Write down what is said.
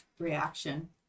Reaction